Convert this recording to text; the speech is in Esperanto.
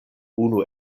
unu